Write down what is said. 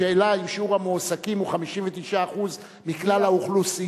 השאלה היא אם שיעור המועסקים הוא 59% מכלל האוכלוסייה,